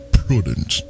prudent